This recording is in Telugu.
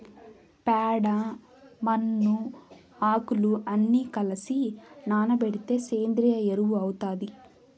ప్యాడ, మన్ను, ఆకులు అన్ని కలసి నానబెడితే సేంద్రియ ఎరువు అవుతాది